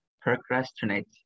procrastinate